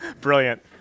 brilliant